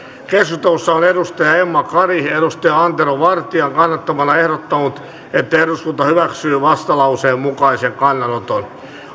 keskustelussa on emma kari antero vartian kannattamana ehdottanut että eduskunta hyväksyy vastalauseen mukaisen kannanoton